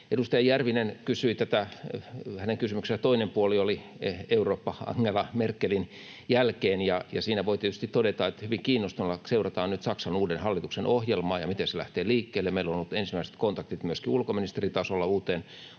Edustaja Järvisen kysymyksen toinen puoli oli Eurooppa Angela Merkelin jälkeen, ja voi tietysti todeta, että hyvin kiinnostuneina seurataan nyt Saksan uuden hallituksen ohjelmaa ja miten se lähtee liikkeelle. Meillä on ollut ensimmäiset kontaktit myöskin ulkoministeritasolla uuteen